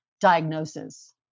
diagnosis